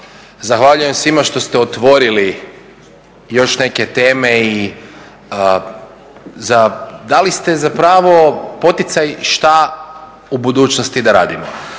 Zahvaljujem svima što ste otvorili još neke teme. Dali ste zapravo poticaj šta u budućnosti da radimo.